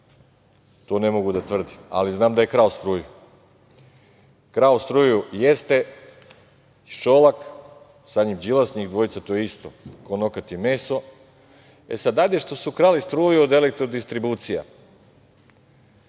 to ne mogu da tvrdim, ali znam da je krao struju. Krao struju jeste Šolak, sa njim Đilas, njih dvojica to je isto, ko nokat i meso.E, sada hajde što su krali struju od „Elektrodistribucije